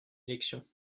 élection